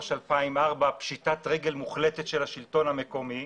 2004 שהתבטא בפשיטת רגל מוחלטת של השלטון המקומי,